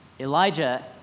Elijah